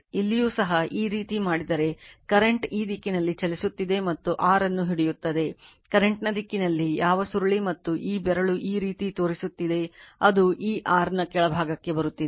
ಇಲ್ಲಿಯೂ ಸಹ ಈ ರೀತಿ ಮಾಡಿದರೆ ಕರೆಂಟ್ ಈ ದಿಕ್ಕಿನಲ್ಲಿ ಚಲಿಸುತ್ತಿದೆ ಮತ್ತು r ಅನ್ನು ಹಿಡಿಯುತ್ತದೆ ಕರೆಂಟ್ ನ ದಿಕ್ಕಿನಲ್ಲಿ ಯಾವ ಸುರುಳಿ ಮತ್ತು ಈ ಬೆರಳು ಈ ರೀತಿ ತೋರಿಸುತ್ತಿದೆ ಅದು ಈ r ನ ಕೆಳಭಾಗಕ್ಕೆ ಬರುತ್ತಿದೆ